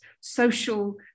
social